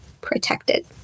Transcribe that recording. protected